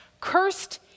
Cursed